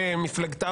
מפלגת העבודה.